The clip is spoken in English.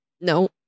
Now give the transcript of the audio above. No